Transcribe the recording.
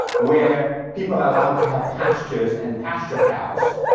where people are allowed to have pastures and pasture cows,